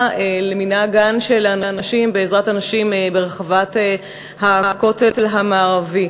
למנהגן של הנשים בעזרת הנשים ברחבת הכותל המערבי.